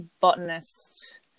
botanist